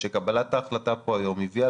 שקבלת ההחלטה פה הביאה